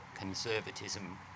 conservatism